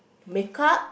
makeup